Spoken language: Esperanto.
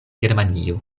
germanio